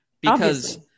Because-